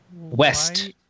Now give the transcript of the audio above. West